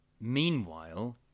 Meanwhile